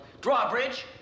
drawbridge